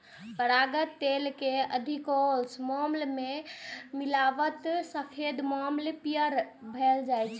पराग तेल कें मधुकोशक मोम मे मिलाबै सं सफेद मोम पीयर भए जाइ छै